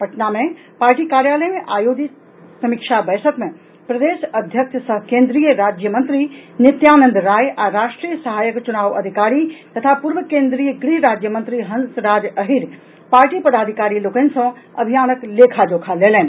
पटना मे पार्टी कार्यालय मे आयोजित समीक्षा बैसक मे प्रदेश अध्यक्ष सह केन्द्रीय राज्य मंत्री नित्यानंद राय आ राष्ट्रीय सहायक चुनाव अधिकारी तथा पूर्व केन्द्रीय गृह राज्य मंत्री हंस राज अहिर पार्टी पदाधिकारी लोकनि सॅ अभियानक लेखा जोखा लेलनि